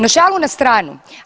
No, šalu na stranu.